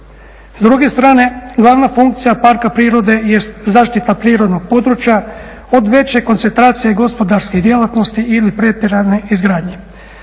S druge strane, glavna funkcija parka prirode jest zaštita prirodnog područja od veće koncentracije gospodarskih djelatnosti ili pretjerane izgradnje.